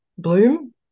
bloom